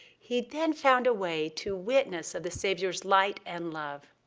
he then found a way to witness of the savior's light and love.